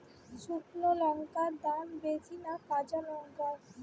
শুক্নো লঙ্কার দাম বেশি না কাঁচা লঙ্কার?